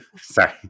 Sorry